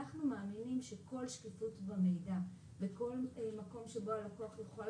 אנחנו מאמינים שכל שקיפות במידע וכל מקום שבו הלקוח יוכל